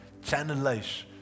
channelize